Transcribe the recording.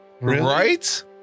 Right